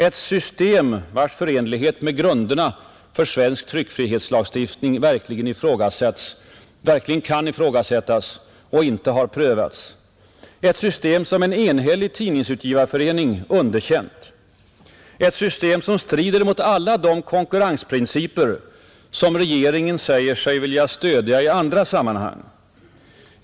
Ett system vars förenlighet med grunderna för svensk tryckfrihetslagstiftning verkligen kan ifrågasättas och inte har prövats. Ett system som en enhällig tidningsutgivareförening underkänt. Ett system som strider mot alla de konkurrensprinciper som regeringen säger sig i andra sammanhang vilja stödja.